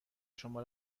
شما